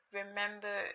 remember